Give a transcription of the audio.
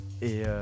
Et